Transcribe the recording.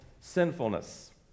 sinfulness